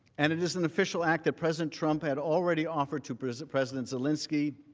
and it is an official act that president trump had already offered to president president zelensky